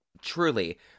truly